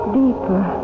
deeper